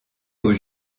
aux